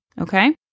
Okay